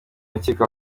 rukiko